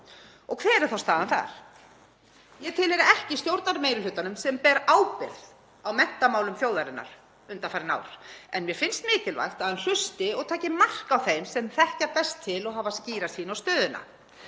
Og hver er þá staðan þar? Ég tilheyri ekki stjórnarmeirihlutanum sem ber ábyrgð á menntamálum þjóðarinnar undanfarin ár en mér finnst mikilvægt að hann hlusti og taki mark á þeim sem þekkja best til og hafa skýra sýn á stöðuna.